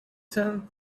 tenth